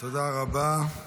תודה רבה.